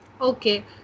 Okay